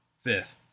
fifth